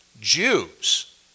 Jews